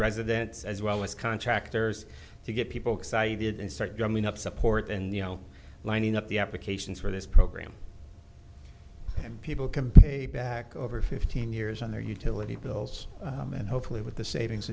residents as well as contractors to get people excited and start drumming up support and you know lining up the applications for this program and people can pay back over fifteen years on their utility bills and hopefully with the savings